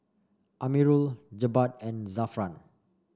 Amirul Jebat and Zafran